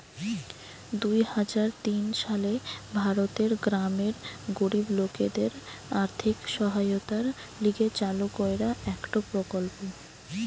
দুই হাজার তিন সালে ভারতের গ্রামের গরিব লোকদের আর্থিক সহায়তার লিগে চালু কইরা একটো প্রকল্প